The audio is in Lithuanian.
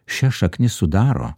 šias šaknis sudaro